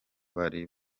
bari